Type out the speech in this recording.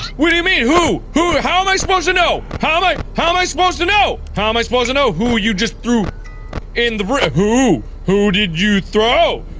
what do you mean? who? who how am i supposed to know? how am i how am i supposed to know? how am i supposed to know who you just threw in the ri who? who did you throw?